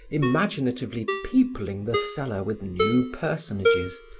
imaginatively peopling the cellar with new personages,